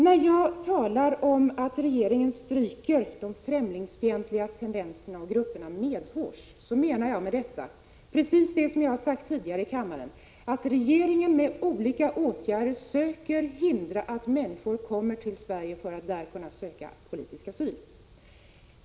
När jag talar om att regeringen stryker de främlingsfientliga tendenserna och grupperna medhårs menar jag med detta precis vad jag tidigare har sagt i denna kammare, nämligen att regeringen med olika åtgärder söker hindra att människor kommer till Sverige för att söka politisk asyl.